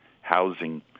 housing